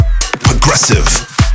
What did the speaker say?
progressive